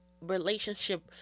relationship